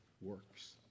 works